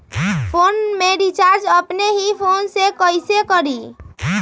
Phone में recharge अपने ही फ़ोन से कईसे करी?